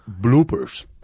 bloopers